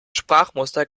sprachmuster